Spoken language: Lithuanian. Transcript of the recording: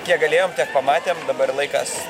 kiek galėjom tiek pamatėm dabar laikas